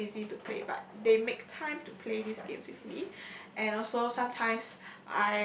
too busy to play but they make time to play this game with me and also sometimes